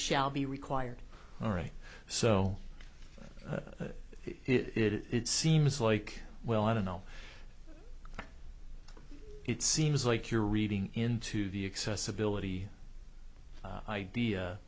shall be required all right so it seems like well i don't know it seems like you're reading into the excess ability idea